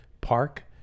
Park